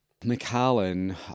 McAllen